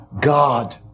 God